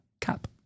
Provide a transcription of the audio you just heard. cap